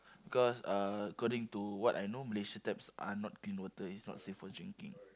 because uh according to what I know Malaysia taps are not clean water is not safe for drinking